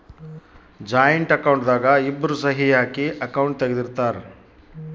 joint account ದಾಗ ಇಬ್ರು ಸಹಿ ಹಾಕಿ ಅಕೌಂಟ್ ತೆಗ್ದಿರ್ತರ್